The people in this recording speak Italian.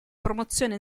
promozione